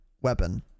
weapon